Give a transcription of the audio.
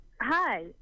Hi